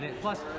Plus